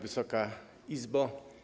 Wysoka Izbo!